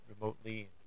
remotely